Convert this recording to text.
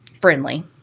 friendly